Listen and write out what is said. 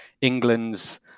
England's